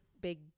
big